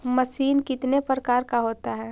Machine कितने प्रकार का होता है?